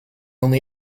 only